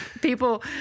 people